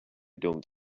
don’t